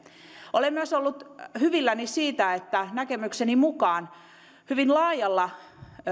olen myös ollut hyvilläni siitä että näkemykseni mukaan hyvin laajalla